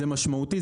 זה משמעותי,